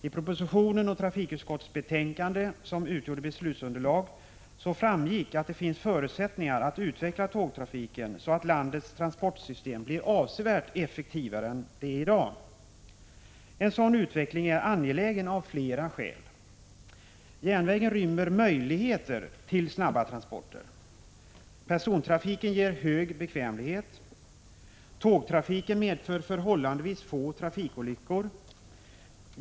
I propositionen och i trafikutskottets betänkande, som utgjorde beslutsunderlag, framgick att det finns förutsättningar att utveckla tågtrafiken så att landets transportsystem blir avsevärt effektivare än det är i dag. En sådan utveckling är angelägen av flera skäl. Järnvägen rymmer möjligheter till snabba transporter. Persontrafiken ger hög bekvämlighet. Tågtrafiken medför förhållandevis få trafikolyckor.